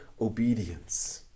obedience